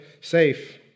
safe